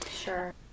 Sure